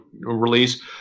release